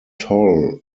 toll